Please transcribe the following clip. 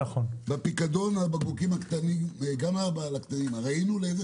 --- בפיקדון על הבקבוקים הקטנים ראינו לאיזה